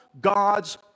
God's